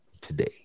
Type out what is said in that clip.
today